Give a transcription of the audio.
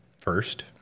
first